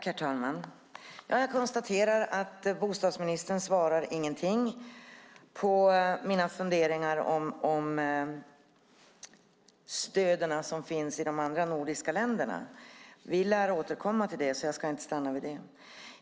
Herr talman! Jag konstaterar att bostadsministern inte svarar någonting på mina funderingar om det stöd som finns i de andra nordiska länderna. Vi lär återkomma till det, så jag ska inte stanna vid det.